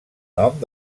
nom